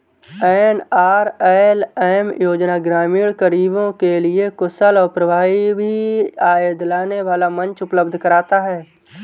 NRLM योजना ग्रामीण गरीबों के लिए कुशल और प्रभावी आय दिलाने वाला मंच उपलब्ध कराता है